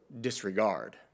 disregard